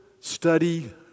study